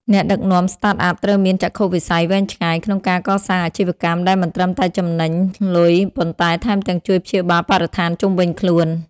អ្នកដឹកនាំ Startup ត្រូវមានចក្ខុវិស័យវែងឆ្ងាយក្នុងការកសាងអាជីវកម្មដែលមិនត្រឹមតែចំណេញលុយ ប៉ុន្តែថែមទាំងជួយព្យាបាលបរិស្ថានជុំវិញខ្លួន។